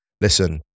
listen